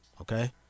Okay